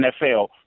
NFL